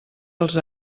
els